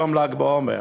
יום ל"ג בעומר.